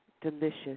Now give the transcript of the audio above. delicious